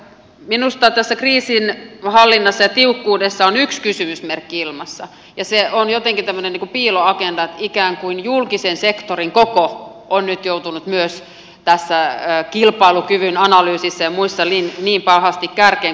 minusta tässä kriisinhallinnassa ja tiukkuudessa on yksi kysymysmerkki ilmassa ja se on jotenkin tämmöinen piiloagenda että ikään kuin julkisen sektorin koko on nyt joutunut myös tässä kilpailukyvyn analyysissä ja muissa niin pahasti kärkeen